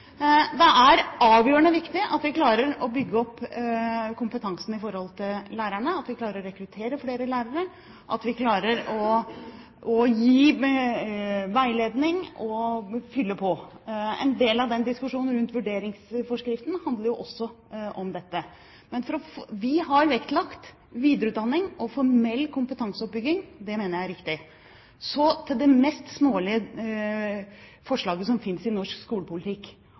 Det er avgjørende viktig at vi klarer å bygge opp kompetansen blant lærerne, at vi klarer å rekruttere flere lærere, at vi klarer å gi veiledning og fylle på. En del av diskusjonen rundt vurderingsforskriften handler også om dette. Vi har vektlagt videreutdanning og formell kompetanseoppbygging. Det mener jeg er riktig. Så til det mest smålige forslaget som finnes i norsk skolepolitikk.